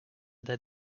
their